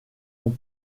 ont